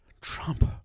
Trump